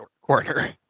corner